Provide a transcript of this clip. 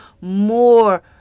more